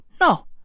No